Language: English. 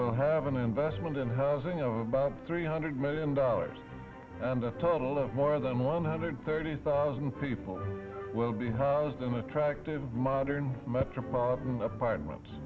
will have an investment in housing of about three hundred million dollars and a total of more than one hundred thirty thousand people will be housed in attractive modern metropolitan apartments